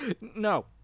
No